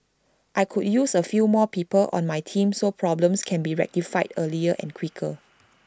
I could use A few more people on my team so problems can be rectified earlier and quicker